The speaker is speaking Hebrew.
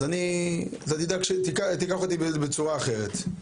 אז אדאג שתיקח אותי בצורה אחרת.